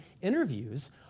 interviews